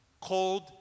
called